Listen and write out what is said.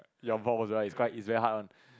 he's quite he's very hard